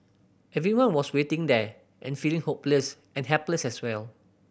everyone was waiting there and feeling hopeless and helpless as well